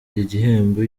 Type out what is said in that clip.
gihembo